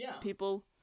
people